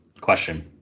Question